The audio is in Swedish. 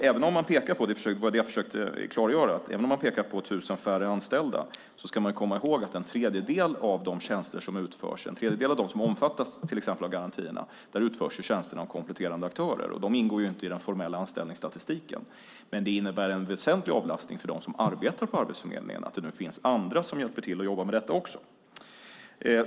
Även om man pekar på - det var det jag försökte klargöra - att det är 1 000 färre anställda ska man komma ihåg att för en tredjedel av dem som omfattas till exempel av garantierna utförs tjänsterna av kompletterande aktörer. De ingår inte i den formella anställningsstatistiken. Men det innebär en väsentlig avlastning för dem som arbetar på Arbetsförmedlingen att det nu finns andra som hjälper till att jobba med detta också.